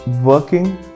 working